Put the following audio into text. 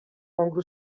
anglo